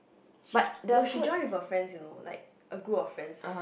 she no she join with her friends you know like a group of friends